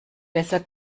besser